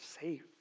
safe